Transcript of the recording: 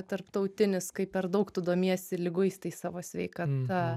tarptautinis kai per daug tu domiesi liguistai savo sveikata